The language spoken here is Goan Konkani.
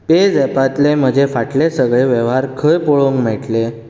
पेझॅपतले म्हजे फाटले सगळे वेव्हार खंय पळोवंक मेळटले